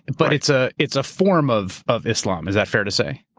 but it's ah it's a form of of islam. is that fair to say?